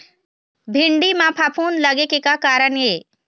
भिंडी म फफूंद लगे के का कारण ये?